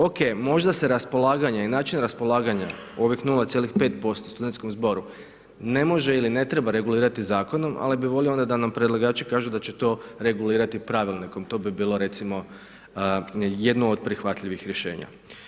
OK, možda se raspolaganje i način raspolaganja ovih 05,% studentskom zboru ne može ili ne treba regulirati zakonom, ali bi volio onda da nam predlagači kažu da će to regulirati pravilnikom to bi bilo recimo jedno od prihvatljivih rješenja.